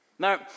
Now